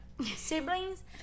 Siblings